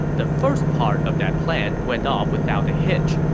the first part of that plan went off without a hitch,